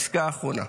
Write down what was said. ממש פסקה אחרונה.